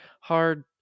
hard